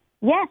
Yes